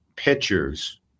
pitchers